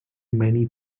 many